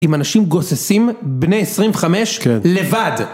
עם אנשים גוססים, בני 25, כן, לבד.